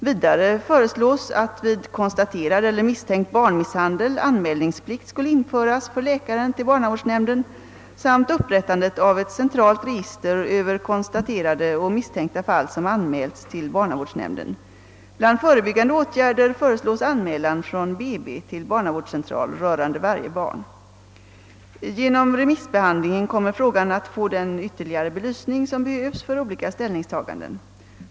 Vidare föreslås att vid konstaterad eller misstänkt barnmisshandel anmälningsplikt skall införas för läkaren till barnavårdsnämnden samt att ett centralt register över konstaterade och misstänkta fall som anmälts till barnavårdsnämnden skall upprättas. Bland förebyggande åtgärder föreslås anmälan från BB till barnavårdscentral rörande varje barn. frågan att få den ytterligare belysning som behövs för olika ställningstaganden.